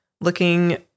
looking